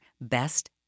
Best